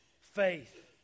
Faith